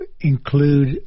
include